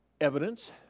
evidence